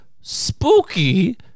spooky